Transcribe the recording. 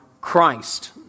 Christ